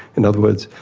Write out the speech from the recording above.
in other words,